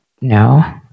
No